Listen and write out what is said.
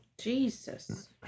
Jesus